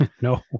no